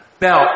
Now